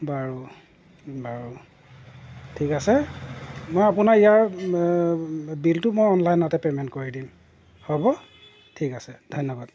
বাৰু বাৰু ঠিক আছে মই আপোনাৰ ইয়াৰ বিলটো মই অনলাইনতে পেমেন্ট কৰি দিম হ'ব ঠিক আছে ধন্যবাদ